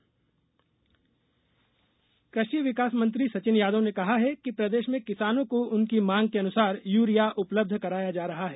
urea rake कृषि विकास मंत्री सचिन यादव ने कहा है कि प्रदेश में किसानों को उनकी मांग के अनुसार यूरिया उपलब्ध कराया जा रहा है